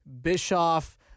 Bischoff